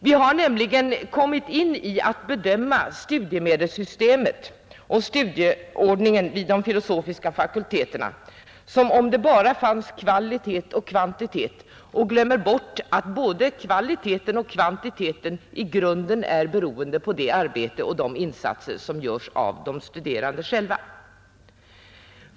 Vi har nämligen en tendens att bedöma studiemedelssystemet och studieordningen vid de filosofiska fakulteterna som om det bara fanns kvalitet och kvantitet, och man glömmer bort att både kvaliteten och kvantiteten i grunden är beroende av det arbete och de insatser som görs av de studerande själva.